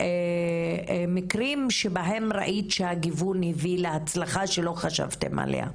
ומיקרים שבהם ראית שהגיוון הביא להצלחה שלא חשבתן עליה.